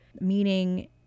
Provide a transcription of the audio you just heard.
meaning